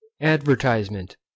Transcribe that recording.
ADVERTISEMENT